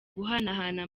guhanahana